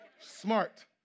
Smart